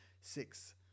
six